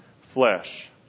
flesh